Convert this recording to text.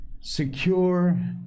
secure